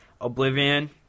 Oblivion